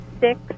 six